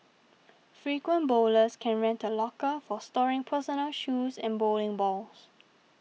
frequent bowlers can rent a locker for storing personal shoes and bowling balls